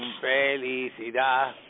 felicidad